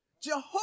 Jehovah